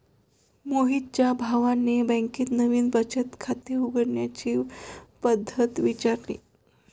मोहितच्या भावाने बँकेत नवीन बचत खाते उघडण्याची पद्धत विचारली